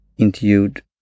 Interviewed